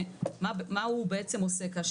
עידית,